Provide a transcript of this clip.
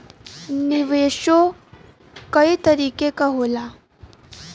निवेशो कई तरीके क होला